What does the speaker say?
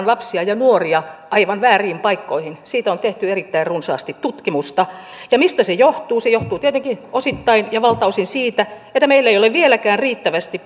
lapsia ja nuoria aivan vääriin paikkoihin siitä on tehty erittäin runsaasti tutkimusta ja mistä se johtuu se johtuu tietenkin osittain ja valtaosin siitä että meillä ei ole vieläkään riittävästi